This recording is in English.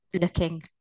looking